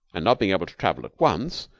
and not being able to travel at once,